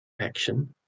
action